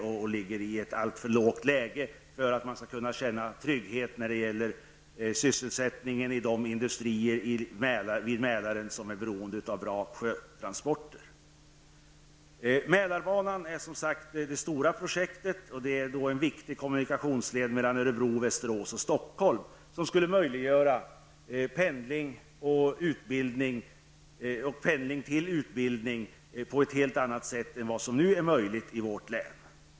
Placeringen är för närvarande alltför låg för att man skall kunna känna trygghet för sysselsättningen i de industrier vid Mälaren som är beroende av bra sjötransporter. Mälarbanan är som sagt det stora projektet. Det är en viktig kommunikationsled mellan Örebro, Västerås och Stockholm, som skulle möjliggöra pendling till utbildning på ett helt annat sätt än vad som nu är möjligt i vårt län.